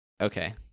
Okay